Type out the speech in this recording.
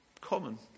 common